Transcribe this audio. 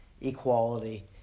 equality